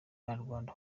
abanyarwanda